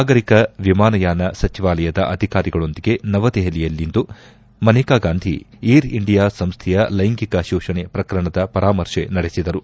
ನಾಗರಿಕ ವಿಮಾನಯಾನ ಸಚಿವಾಲಯದ ಅಧಿಕಾರಿಗಳೊಂದಿಗೆ ನವದೆಹಲಿಯಲ್ಲಿಂದು ಮನೇಕಾ ಗಾಂಧಿ ಏರ್ ಇಂಡಿಯಾ ಸಂಸ್ಥೆಯ ಲೈಂಗಿಕ ಶೋಷಣೆ ಪ್ರಕರಣದ ಪರಾಮರ್ಶೆ ನಡೆಸಿದರು